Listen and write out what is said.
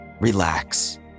Relax